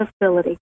facility